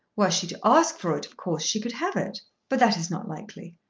were she to ask for it of course she could have it but that is not likely.